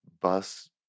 bus